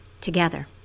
together